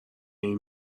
این